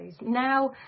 now